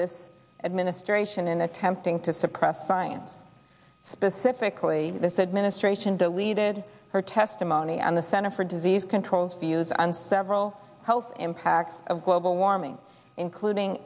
this administration in attempting to suppress science specifically this administration deleted her testimony and the center for disease control's views on several health impacts of global warming including